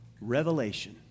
Revelation